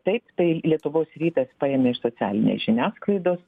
taip tai lietuvos rytas paėmė iš socialinės žiniasklaidos